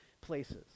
places